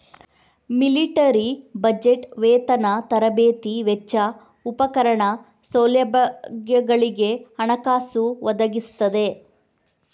military budget ವೇತನ, ತರಬೇತಿ ವೆಚ್ಚ, ಉಪಕರಣ, ಸೌಲಭ್ಯಗಳಿಗೆ ಹಣಕಾಸು ಒದಗಿಸ್ತದೆ